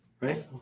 Right